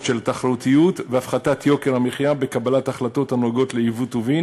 של תחרותיות והפחתת יוקר המחיה ושל קבלת החלטות הנוגעות לייבוא טובין